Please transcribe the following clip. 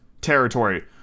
territory